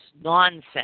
nonsense